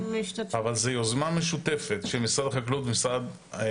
אבל זו יוזמה משותפת של משרד החקלאות ושל